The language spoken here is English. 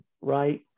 Right